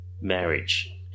marriage